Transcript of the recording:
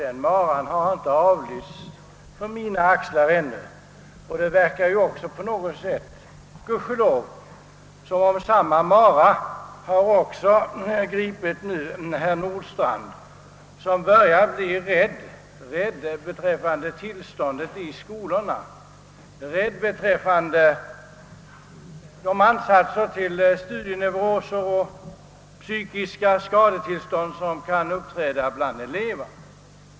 Den maran har inte avlyfts från mina axlar ännu och det verkar på något sätt, Gud ske lov, som om samma mara nu också har gripit herr Nordstrandh, som börjar bli rädd med anledning av tillståndet i skolorna och de ansatser till studieneuroser och psykiska skadetillstånd som kan uppträda hos eleverna.